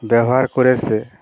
ব্যবহার করেছে